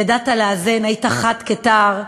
ידעת לאזן, היית חד כתער,